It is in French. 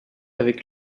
avec